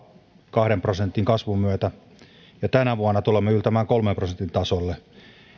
kahden prosentin kasvun myötä ja tänä vuonna tulemme yltämään kolmen prosentin tasolle